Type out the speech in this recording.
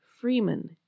Freeman